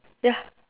ya